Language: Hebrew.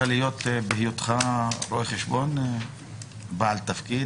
בהיותך רואה חשבון יצא לך להיות בעל תפקיד,